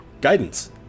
guidance